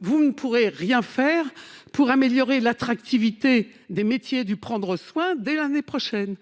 vous ne pourrez rien faire pour améliorer l'attractivité des métiers du prendre soin dès l'année prochaine :